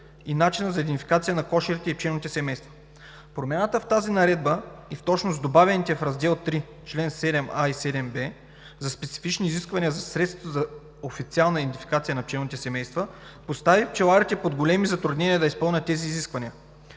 и начинът за идентификация на кошерите и пчелните семейства. Промяната в тази наредба и в точност добавените в Раздел III, чл. 7а и 7б за специфични изисквания за средствата за официална идентификация на пчелните семейства, постави пчеларите под големи затруднения да изпълнят тези изисквания.